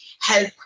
help